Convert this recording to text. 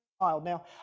Now